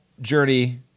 journey